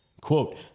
quote